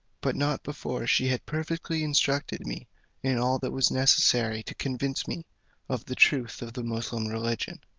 but not before she had perfectly instructed me in all that was necessary to convince me of the truth of the moosulmaun religion.